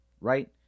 right